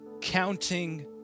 counting